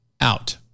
Out